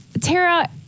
Tara